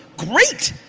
great.